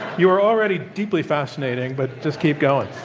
you were already deeply fascinating. but just keep going.